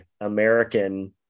American